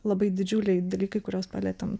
labai didžiuliai dalykai kuriuos palietėm